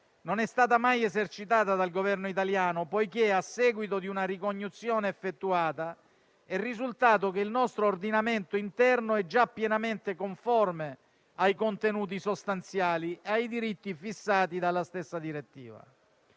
non è stata mai esercitata dal Governo italiano, poiché, a seguito di una ricognizione effettuata, è risultato che il nostro ordinamento interno è già pienamente conforme ai contenuti sostanziali e ai diritti fissati dalla stessa direttiva.